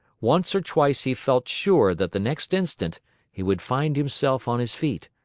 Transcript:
once or twice he felt sure that the next instant he would find himself on his feet,